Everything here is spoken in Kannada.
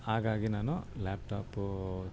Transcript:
ಹಾಗಾಗಿ ನಾನು ಲ್ಯಾಪ್ಟಾಪೂ